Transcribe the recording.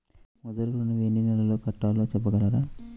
ముద్ర ఋణం ఎన్ని నెలల్లో కట్టలో చెప్పగలరా?